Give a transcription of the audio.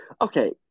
Okay